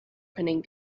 opening